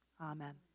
Amen